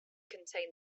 contain